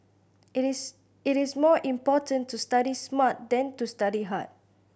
it is it is more important to study smart than to study hard